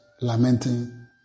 lamenting